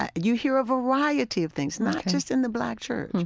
ah you hear a variety of things, not just in the black church.